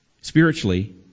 spiritually